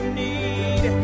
need